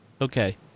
Okay